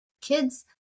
kids